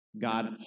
God